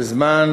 בזמן